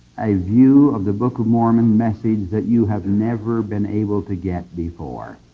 a view of the book of mormon message that you have never been able to get before.